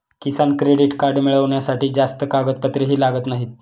किसान credit card मिळवण्यासाठी जास्त कागदपत्रेही लागत नाहीत